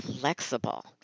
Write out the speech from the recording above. flexible